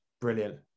Brilliant